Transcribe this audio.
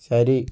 ശരി